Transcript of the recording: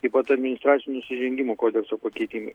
taip pat administracinių nusižengimų kodekso pakeitimai